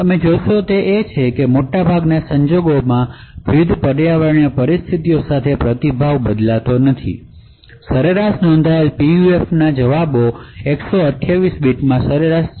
તમે જે જોશો તે છે કે મોટાભાગના સંજોગોમાં વિવિધ પર્યાવરણીય પરિસ્થિતિઓ સાથે રીસ્પોન્શ બદલાતો નથી સરેરાશ નોંધાયેલા PUF રીસ્પોન્શ માં 128 બીટ્સમાંથી સરેરાશ 0